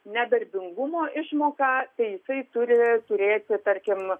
nedarbingumo išmoką tai jisai turi turėti tarkim